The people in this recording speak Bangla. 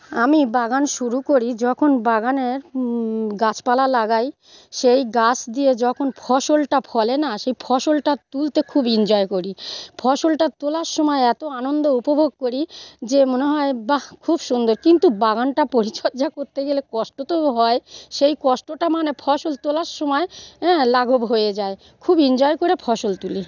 আমি বাগান শুরু করি যখন বাগানের গাছপালা লাগাই সেই গাছ দিয়ে যখন ফসলটা ফলে না সেই ফসলটা তুলতে খুব এনজয় করি ফসলটা তোলার সময় এতো আনন্দ উপভোগ করি যে মনে হয় বাহ্ খুব সুন্দর কিন্তু বাগানটা পরিচর্যা করতে গেলে কষ্ট তো হয় সেই কষ্টটা মানে ফসল তোলার সময় হ্যাঁ লাঘব হয়ে যায় খুব এনজয় করে ফসল তুলি